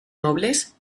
nobles